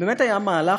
זה באמת היה מהלך